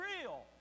real